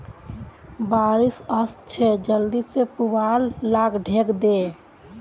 बारिश ओशो छे जल्दी से पुवाल लाक ढके दे